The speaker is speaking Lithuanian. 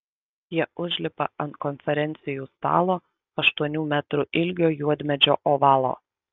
jie užlipa ant konferencijų stalo aštuonių metrų ilgio juodmedžio ovalo